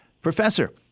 Professor